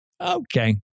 Okay